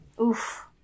Oof